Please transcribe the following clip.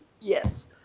Yes